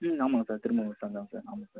ம் ஆமாம் சார் திரும்ப ஆமாம் சார்